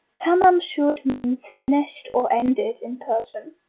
tamam shud means finished or ended in persian.